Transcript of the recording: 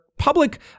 Public